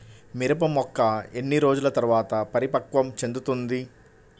మిరప మొక్క ఎన్ని రోజుల తర్వాత పరిపక్వం చెందుతుంది?